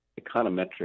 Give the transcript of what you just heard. econometric